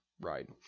right